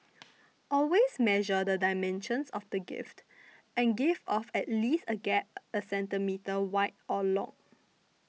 always measure the dimensions of the gift and give off at least a gap a centimetre wide or long